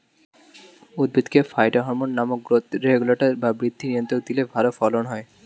উদ্ভিদকে ফাইটোহরমোন নামক growth regulator বা বৃদ্ধি নিয়ন্ত্রক দিলে ভালো ফলন হয়